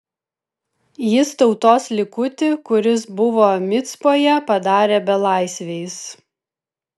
jis tautos likutį kuris buvo micpoje padarė belaisviais